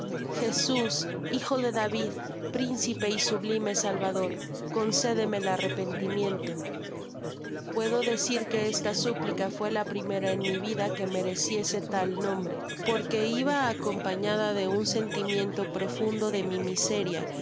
jesús hijo de david príncipe y sublime salvador concédeme el arrepenti miénto puedo decir que esta súplica fué la primera etí'mí vida que'mereciera tal nombre porque iba acom pañada de un sentimiento profundo de mi miseria